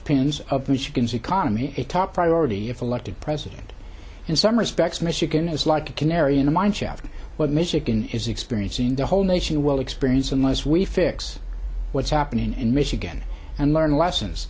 pins of michigan's economy a top priority if elected president in some respects michigan is like a canary in a mine shaft but michigan is experiencing the whole nation will experience unless we fix what's happening in michigan and learn lessons